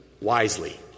wisely